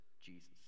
Jesus